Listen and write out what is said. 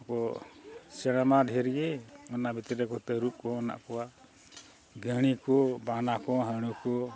ᱠᱚ ᱥᱮᱬᱢᱟ ᱰᱷᱮᱨ ᱜᱮ ᱚᱱᱟ ᱵᱷᱤᱛᱨᱤ ᱨᱮᱠᱚ ᱛᱟᱹᱨᱩᱵᱽ ᱠᱚ ᱢᱮᱱᱟᱜ ᱠᱚᱣᱟ ᱜᱟᱹᱲᱤ ᱠᱚ ᱵᱟᱱᱟ ᱠᱚ ᱦᱟᱹᱲᱩ ᱠᱚ